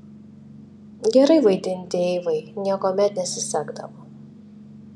gerai vaidinti eivai niekuomet nesisekdavo